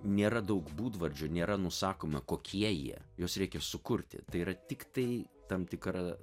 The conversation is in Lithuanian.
nėra daug būdvardžių nėra nusakoma kokie jie juos reikia sukurti tai yra tiktai tam tikra